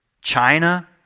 China